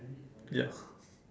ya